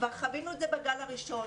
כבר חווינו את זה בגל הראשון